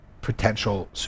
potential